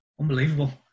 unbelievable